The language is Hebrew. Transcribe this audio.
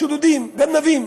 שודדים, גנבים,